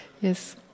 yes